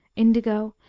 indigo,